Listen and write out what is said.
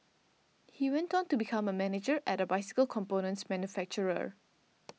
he went on to become a manager at a bicycle components manufacturer